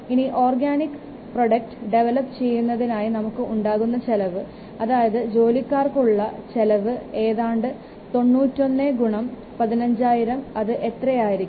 ഇനി organic product develop ചെയ്യുന്നതിനായി നമുക്ക് ഉണ്ടാകാവുന്ന ചിലവ് അതായത് ജോലിക്കാർക്കുള്ള ഉള്ള ചെലവ് ഏതാണ്ട് 91 ഗുണം 15000 അത് എത്രയായിരിക്കും